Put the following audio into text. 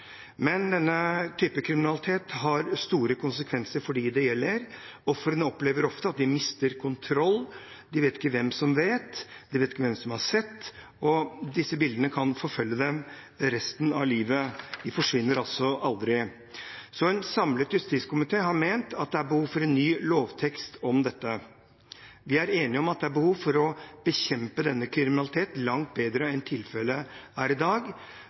Men denne typen kriminalitet har store konsekvenser for dem det gjelder. Ofrene opplever ofte at de mister kontroll, de vet ikke hvem som vet, de vet ikke hvem som har sett, og disse bildene kan forfølge dem resten av livet. De forsvinner aldri. En samlet justiskomité har ment at det er behov for en ny lovtekst om dette. Vi er enige om at det er behov for å bekjempe denne kriminaliteten langt bedre enn tilfellet er i dag.